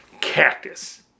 Cactus